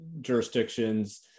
jurisdictions